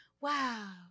wow